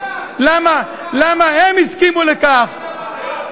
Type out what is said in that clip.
למה הם הסכימו לכך?